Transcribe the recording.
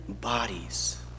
bodies